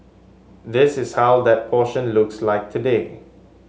this is how that portion looks like today